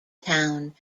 town